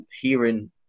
hearing